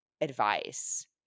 advice